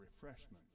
refreshment